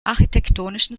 architektonischen